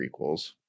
prequels